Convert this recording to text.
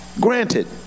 Granted